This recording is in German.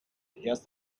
erst